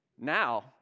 Now